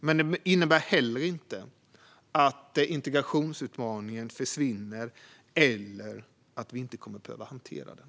Men det innebär inte att integrationsutmaningen försvinner eller att vi inte kommer att behöva hantera den.